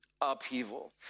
upheaval